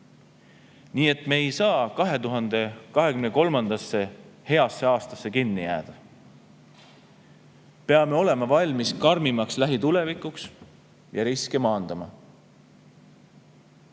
Nii et me ei saa 2023‑ndasse, heasse aastasse kinni jääda. Peame olema valmis karmimaks lähitulevikuks ja riske maandama.